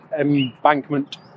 embankment